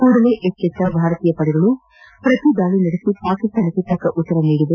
ಕೂಡಲೇ ಎಚ್ಚೆತ್ತ ಭಾರತೀಯ ಪಡೆಗಳು ಪ್ರತಿ ದಾಳಿ ನಡೆಸಿ ಪಾಕಿಸ್ತಾನಕ್ಕೆ ತಕ್ಕ ಉತ್ತರ ನೀಡಿವೆ